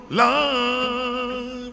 love